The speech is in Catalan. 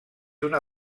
una